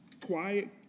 quiet